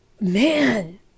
man